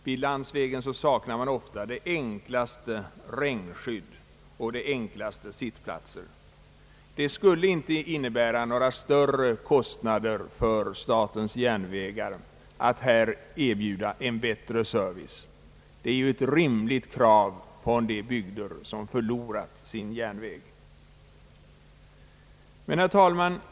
Vid landsvägarna saknas ofta de enklaste regnskydd och de enklaste sittplatser. Det skulle inte innebära några större kostnader för statens järnvägar att här erbjuda en bättre service. Det är ju ett rimligt krav från de bygder som har förlorat sin järnväg.